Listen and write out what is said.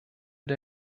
der